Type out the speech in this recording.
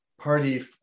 party